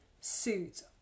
suit